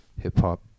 hip-hop